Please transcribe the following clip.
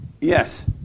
Yes